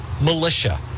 militia